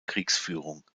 kriegsführung